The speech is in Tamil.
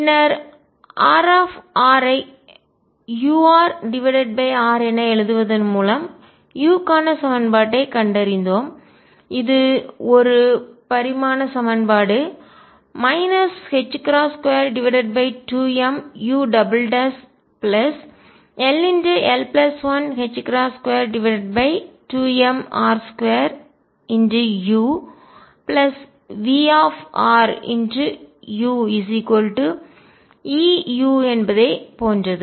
பின்னர் R ஐ urr என எழுதுவதன் மூலம் u க்கான சமன்பாட்டைக் கண்டறிந்தோம் இது ஒரு பரிமாண சமன்பாடு 22mull122mr2uVruEu என்பதை போன்றது